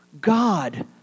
God